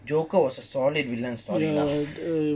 joker was a solid villain story lah